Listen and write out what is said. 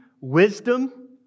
wisdom